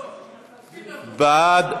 בעד,